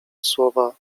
słowa